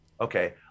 Okay